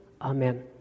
amen